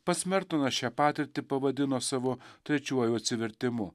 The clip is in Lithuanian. pats mertonas šią patirtį pavadino savo trečiuoju atsivertimu